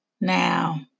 Now